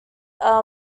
are